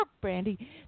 Brandy